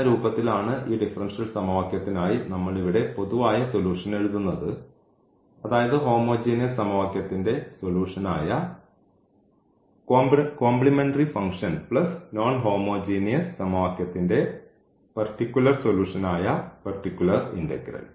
എന്ന രൂപത്തിലാണ് ഈ ഡിഫറൻഷ്യൽ സമവാക്യത്തിനായി നമ്മൾ ഇവിടെ പൊതുവായ സൊലൂഷൻ എഴുതുന്നത് അതായത് ഹോമോജീനിയസ് സമവാക്യത്തിൻറെ സൊലൂഷൻ ആയ കോംപ്ലിമെന്ററി ഫംഗ്ഷൻ നോൺ ഹോമോജീനിയസ് സമവാക്യത്തിൻറെ പർട്ടിക്കുലർ സൊലൂഷൻ ആയ പർട്ടിക്കുലർ ഇന്റഗ്രൽ